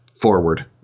forward